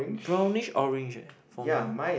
brownish orange leh for me